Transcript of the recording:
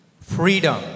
freedom